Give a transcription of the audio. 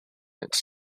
its